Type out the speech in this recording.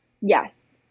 Yes